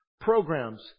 Programs